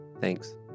Thanks